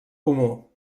comú